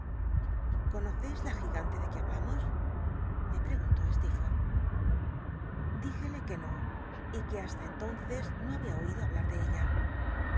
conoceis la gigante de e ue hablamos me preguntó stcerforth di jcle que no y que hasta entonces no hubia oido hablar de ella